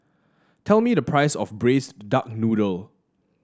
tell me the price of Braised Duck Noodle